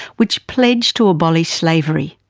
which pledged to abolish slavery.